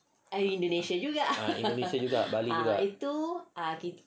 ah indonesia juga bali juga